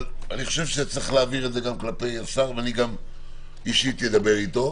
אבל חושב שצריך להבהיר את זה גם כלפי השר וגם אישית אדבר אתו.